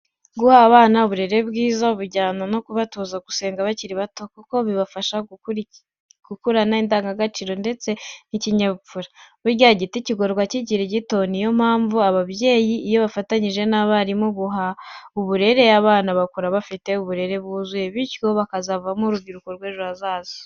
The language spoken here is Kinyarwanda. Guha abana uburere bwiza bujyana no kubatoza gusenga bakiri bato, kuko bibafasha gukurana indangagaciro ndetse n'ikinyabupfura. Burya igiti kigororwa kikiri gito ni yo mpamvu ababyeyi iyo bafatanyije n'abarimu guha uburere abana bakura bafite uburere bwuzuye, bityo bakazavamo urubyiruko rw'ejo hazaza.